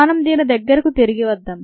మనం దీని దగ్గరకు తిరిగి వద్దాం